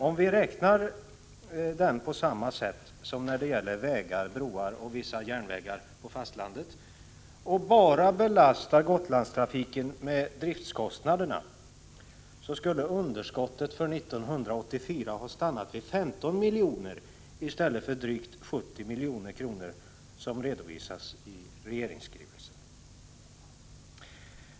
Om vi räknar den på samma sätt som när det gäller vägar, broar och vissa järnvägar på fastlandet, och bara belastar Gotlandstrafiken med driftskostnader, skulle underskottet för 1984 ha stannat vid 15 miljoner i stället för drygt 70 miljoner, som redovisas i regeringsskrivelsen.